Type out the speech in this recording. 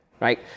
right